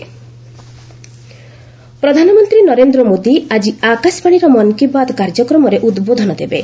PM Mann Ki Baat ପ୍ରଧାନମନ୍ତ୍ରୀ ନରେନ୍ଦ୍ର ମୋଦି ଆଜି ଆକାଶବାଣୀର ମନ୍ କୀ ବାତ୍ କାର୍ଯ୍ୟକ୍ରମରେ ଉଦ୍ବୋଧନ ଦେବେ